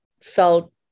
felt